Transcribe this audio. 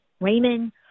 Raymond